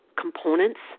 components